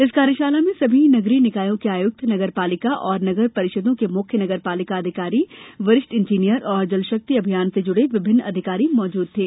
इस कार्यशाला में सभी नगरीय निकायों के आयुक्त नगर पालिका और नगर परिषदों के मुख्य नगर पालिका अधिकारी वरिष्ठ इंजीनियर और जल शक्ति अभियान से जुड़े विभिन्न अधिकारी मौजूद थे